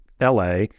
la